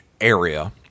area